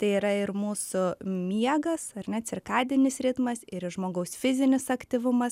tai yra ir mūsų miegas ar ne cirkadinis ritmas ir žmogaus fizinis aktyvumas